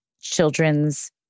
children's